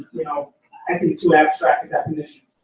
you know i think too abstract a definition.